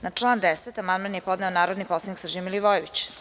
Na član 10. amandman je podneo narodni poslanik Srđan Milivojević.